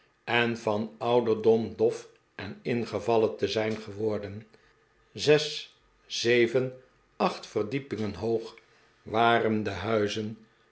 en van ouderdom dof en ingevallen te zijn geworden zes zeven acht verdiepingen hoog waren de huizen